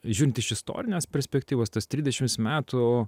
žiūrint iš istorinės perspektyvos tas tridešims metų